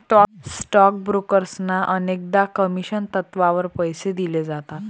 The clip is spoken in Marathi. स्टॉक ब्रोकर्सना अनेकदा कमिशन तत्त्वावर पैसे दिले जातात